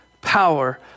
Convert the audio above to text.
power